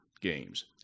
games